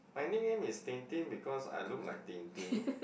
my nick name is Tintin because I look like Tintin